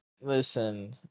listen